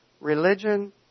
religion